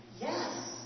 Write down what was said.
yes